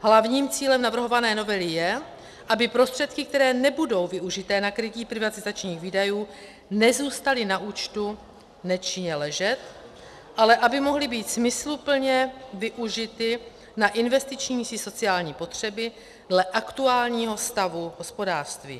Hlavním cílem navrhované novely je, aby prostředky, které nebudou využity na krytí privatizačních výdajů, nezůstaly na účtu nečinně ležet, ale aby mohly být smysluplně využity na investiční či sociální potřeby dle aktuálního stavu hospodářství.